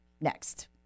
next